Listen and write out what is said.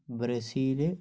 Brazil